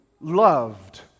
loved